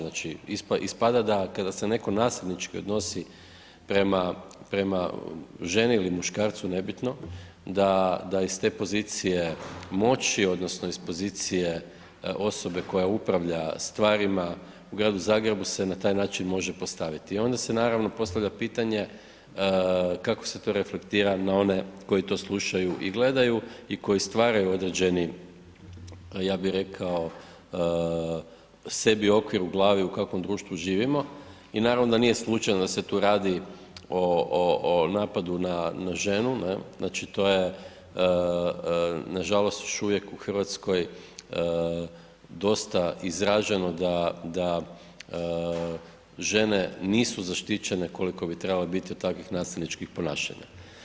Znači ispada da kada se netko nasilnički odnosi prema ženi ili muškarcu, nebitno, da iz pozicije moći odnosno iz pozicije osobe koja upravlja stvarima u gradu Zagrebu se na taj način može postaviti i onda se naravno postavlja pitanje kak se to reflektira na one koji slušaju i gledaju i koji stvaraju određeni ja bi rekao, sebi okvir u glavi u kakvom društvu živimo i naravno da nije slučajno da se tu radi o napadu na ženu, znači to je nažalost još uvijek u Hrvatskoj dosta izraženo da žene nisu zaštićene koliko bi trebale biti od takvih nasilničkih ponašanja.